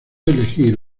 elegir